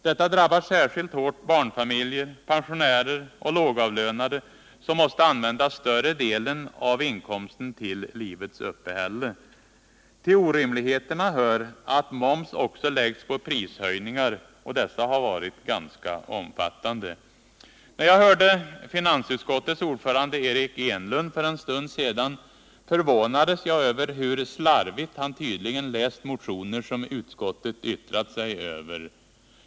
Detta drabbar särskilt hårt barnfamiljer, pensionärer och lågavlönade, som måste använda större delen av inkomsten till livets uppehälle. Till orimligheterna hör att moms också läggs på prishöjningar, och dessa har varit ganska omfattande. När jag hörde finansutskottets ordförande Eric Enlund för en stund sedan förvånades jag över hur slarvigt han tydligen läst motioner som utskottet yttrat sig över.